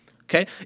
okay